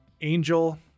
Angel